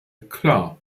klar